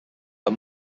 are